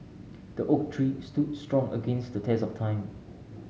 the oak tree stood strong against the test of time